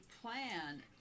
plan